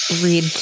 read